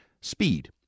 Speed